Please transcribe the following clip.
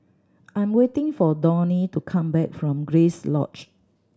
I'm waiting for Donny to come back from Grace Lodge